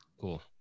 Cool